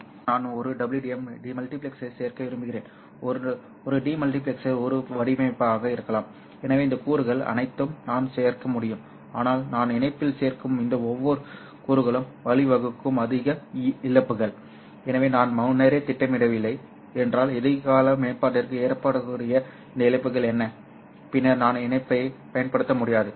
பின்னர் நான் ஒரு WDM மல்டிபிளெக்சரைச் சேர்க்க விரும்புகிறேன் ஒரு டி மல்டிபிளெக்சர் ஒரு வடிப்பானாக இருக்கலாம் எனவே இந்த கூறுகள் அனைத்தையும் நான் சேர்க்க முடியும் ஆனால் நான் இணைப்பில் சேர்க்கும் இந்த ஒவ்வொரு கூறுகளும் வழிவகுக்கும் அதிக இழப்புகள் எனவே நான் முன்னரே திட்டமிடவில்லை என்றால் எதிர்கால மேம்பாட்டிற்கு ஏற்படக்கூடிய இந்த இழப்புகள் என்ன பின்னர் நான் இணைப்பைப் பயன்படுத்த முடியாது